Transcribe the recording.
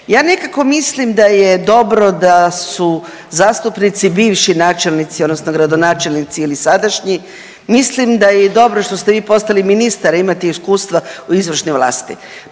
Ja nekako mislim da je dobro da su zastupnici bivši načelnici, odnosno gradonačelnici ili sadašnji. Mislim da je i dobro što ste vi postali ministar, imate iskustva u izvršnoj vlasti,